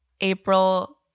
April